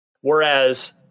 whereas